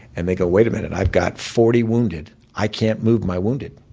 and they go, wait a minute, i've got forty wounded. i can't move my wounded.